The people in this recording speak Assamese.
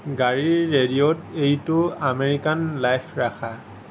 গাড়ীৰ ৰেডিঅ'ত এইটো আমেৰিকান লাইফ ৰাখা